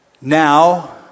now